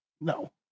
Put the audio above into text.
No